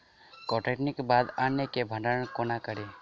कटौनीक बाद अन्न केँ भंडारण कोना करी?